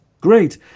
great